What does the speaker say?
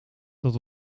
dat